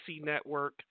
Network